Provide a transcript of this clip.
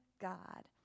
God